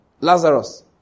Lazarus